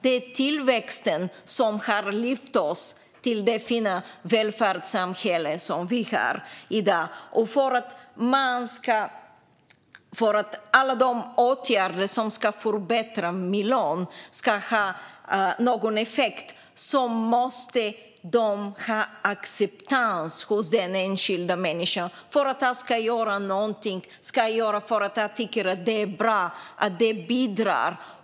Det är tillväxten som har lyft upp oss till det fina välfärdssamhälle vi har. För att alla de åtgärder som ska förbättra miljön ska få effekt måste de ha acceptans hos den enskilda människan. Om jag ska göra något ska jag göra det för att jag tycker att det är bra och bidrar.